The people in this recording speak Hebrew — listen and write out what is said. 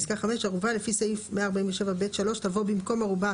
ערובה לפי סעיף 147(ב)(3) תבוא במקום ערובה